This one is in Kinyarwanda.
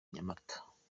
nyamata